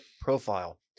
profile